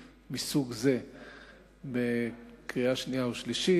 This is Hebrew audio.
מסוג זה בקריאה שנייה ובקריאה שלישית.